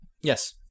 Yes